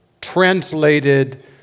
translated